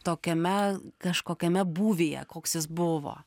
tokiame kažkokiame būvyje koks jis buvo